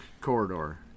corridor